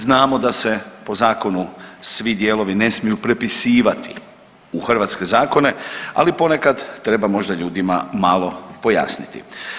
Znamo da se po zakonu svi dijelovi ne smiju prepisivati u hrvatske zakone, ali ponekad treba možda ljudima malo pojasniti.